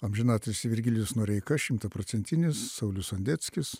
amžiną atilsį virgilijus noreika šimtaprocentinis saulius sondeckis